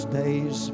days